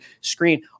screen